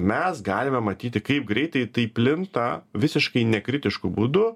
mes galime matyti kaip greitai tai plinta visiškai nekritišku būdu